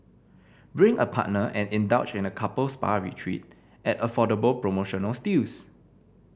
bring a partner and indulge in a couple spa retreat at affordable promotional steals